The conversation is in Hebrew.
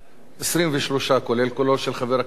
23, כולל קולו של חבר הכנסת דניאל בן-סימון,